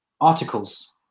articles